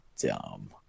dumb